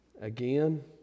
Again